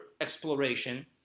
exploration